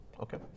Okay